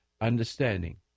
understanding